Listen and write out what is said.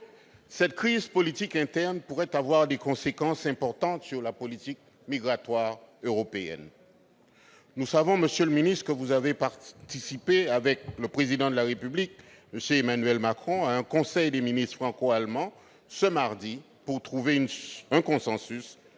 Cette crise politique interne pourrait avoir des conséquences importantes sur la politique migratoire européenne. Nous savons, monsieur le ministre d'État, que vous avez participé avec le Président de la République à un conseil des ministres franco-allemand, ce mardi, pour trouver un consensus